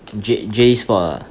J J E spot ah